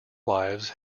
wives